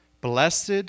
blessed